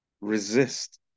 resist